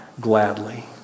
gladly